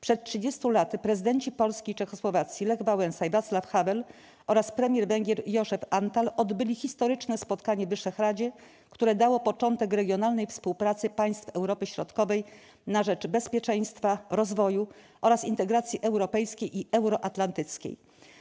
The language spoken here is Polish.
Przed 30 laty prezydenci Polski i Czechosłowacji Lech Wałęsa i Václaw Havel oraz premier Węgier József Antall odbyli historyczne spotkanie w Wyszehradzie, które dało początek regionalnej współpracy państw Europy Środkowej na rzecz bezpieczeństwa, rozwoju oraz integracji europejskiej i euroatlantyckiej.